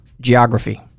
Geography